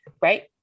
right